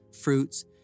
fruits